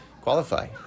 qualify